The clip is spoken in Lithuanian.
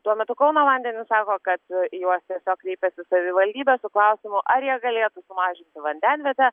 tuo metu kauno vandenys sako kad į juos tiesiog kreipėsi į savivaldybė su klausimu ar jie galėtų sumažinti vandenvietę